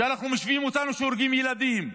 משווים אותנו להורגי ילדים,